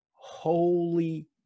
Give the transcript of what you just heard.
holy